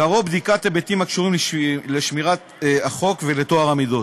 עיקרו בדיקת היבטים הקשורים לשמירת החוק ולטוהר המידות.